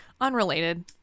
unrelated